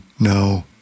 no